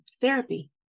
therapy